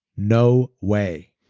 no way.